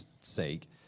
sake